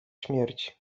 śmierci